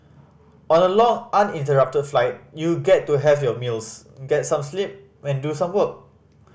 on a long uninterrupted flight you get to have your meals get some sleep and do some work